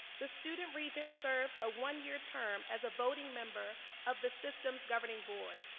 the student regent serves a one year term as a voting member of the system's governing board.